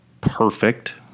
perfect